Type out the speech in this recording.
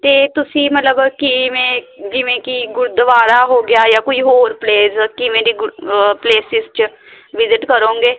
ਅਤੇ ਤੁਸੀਂ ਮਤਲਬ ਕਿਵੇਂ ਜਿਵੇਂ ਕਿ ਗੁਰਦੁਆਰਾ ਹੋ ਗਿਆ ਜਾਂ ਕੋਈ ਹੋਰ ਪਲੇਸ ਕਿਵੇਂ ਦੀ ਪਲੇਸਿਸ 'ਚ ਵਿਜ਼ਿਟ ਕਰੋਂਗੇ